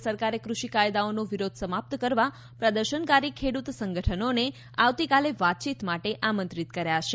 કેન્દ્ર સરકારે ક઼ષિ કાયદાઓનો વિરોધ સમાપ્ત કરવા પ્રદર્શનકારી ખેડૂત સંગઠનોને આવતીકાલે વાતચીત માટે આમંત્રિત કર્યા છે